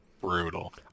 brutal